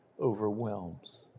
overwhelms